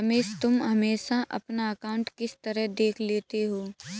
रमेश तुम हमेशा अपना अकांउट किस तरह देख लेते हो?